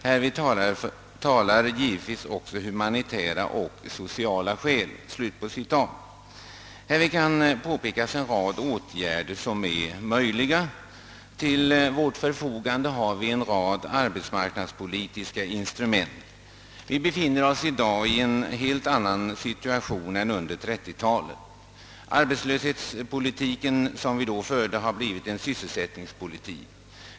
Härför talar givetvis också humanitära och sociala skäl.» Härvid kan pekas på en rad åtgärder som är möjliga. Till vårt förfogande har vi en mängd arbetsmarknadspolitiska instrument. Vi befinner oss i dag i en helt annan situation än under 1930-talet. Arbetslöshetspolitiken som då fördes har blivit sysselsättningspolitik.